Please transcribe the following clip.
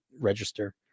register